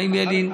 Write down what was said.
חיים ילין,